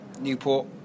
Newport